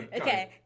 Okay